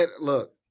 Look